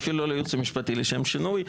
ואפילו לא לייעוץ המשפטי לשם שינוי.